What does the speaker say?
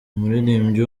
umuririmbyi